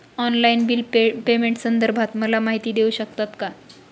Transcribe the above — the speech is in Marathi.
ऑनलाईन बिल पेमेंटसंदर्भात मला माहिती देऊ शकतात का?